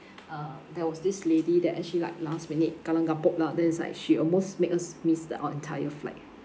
uh there was this lady that actually like last minute kelam kabut lah then it's like she almost made us miss the our entire flight